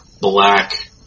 black